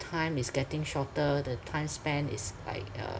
time is getting shorter the time span is like uh